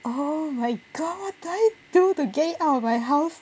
oh my god do I do to get it out of my house